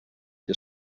qui